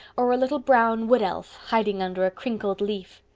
or a little brown wood-elf hiding under a crinkled leaf.